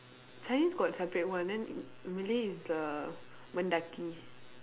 chinese got separate one then malay is the Mendaki